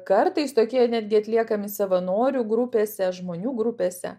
kartais tokie netgi atliekami savanorių grupėse žmonių grupėse